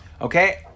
Okay